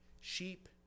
sheep